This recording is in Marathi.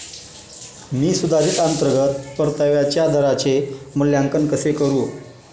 मी सुधारित अंतर्गत परताव्याच्या दराचे मूल्यांकन कसे करू?